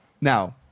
now